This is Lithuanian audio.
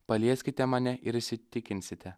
palieskite mane ir įsitikinsite